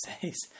says